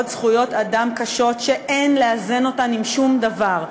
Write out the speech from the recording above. זכויות אדם קשות שאין לאזן אותן עם שום דבר,